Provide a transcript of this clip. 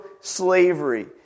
slavery